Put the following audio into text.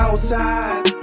Outside